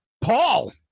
Paul